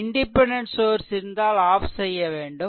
independent source இருந்தால் off செய்யவேண்டும்